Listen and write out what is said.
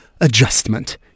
adjustment